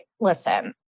listen